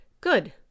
Good